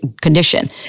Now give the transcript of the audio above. condition